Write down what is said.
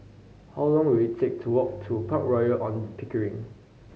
how long will it take to walk to Park Royal On Pickering